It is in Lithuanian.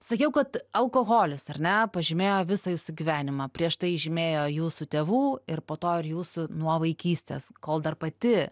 sakiau kad alkoholis ar ne pažymėjo visą jūsų gyvenimą prieš tai žymėjo jūsų tėvų ir po to ir jūsų nuo vaikystės kol dar pati